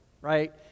right